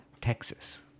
Texas